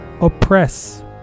Oppress